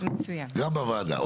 גם בוועדה.